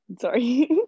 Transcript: Sorry